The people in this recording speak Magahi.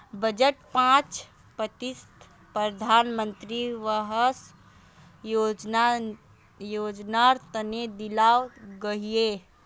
बजटेर पांच प्रतिशत प्रधानमंत्री आवास योजनार तने दियाल गहिये